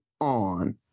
on